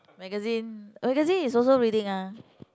magazine magazine is also reading ah